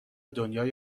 دنیای